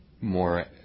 more